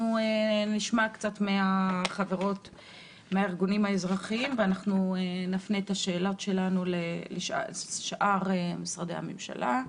קצת מהארגונים האזרחיים ונפנה את השאלות שלנו לשאר משרדי הממשלה.